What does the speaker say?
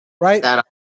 Right